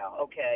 okay